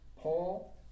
Paul